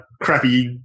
crappy